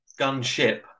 Gunship